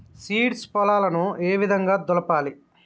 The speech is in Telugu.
సీడ్స్ పొలాలను ఏ విధంగా దులపాలి?